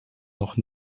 noch